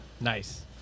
nice